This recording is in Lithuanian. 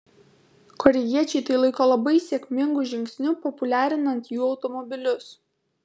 korėjiečiai tai laiko labai sėkmingu žingsniu populiarinant jų automobilius